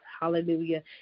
hallelujah